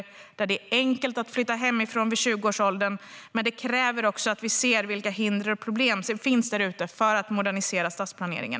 Där är det enkelt att flytta hemifrån i 20årsåldern. Men detta kräver också att vi ser vilka hinder och problem som finns där ute för att vi ska kunna modernisera stadsplaneringen.